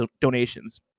donations